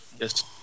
Yes